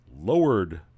lowered